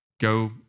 Go